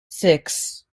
six